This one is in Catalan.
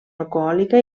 alcohòlica